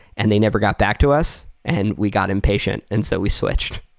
and they never got back to us, and we got impatient. and so we switched.